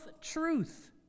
truth